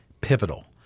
pivotal